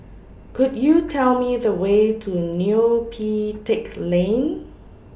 Could YOU Tell Me The Way to Neo Pee Teck Lane